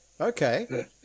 Okay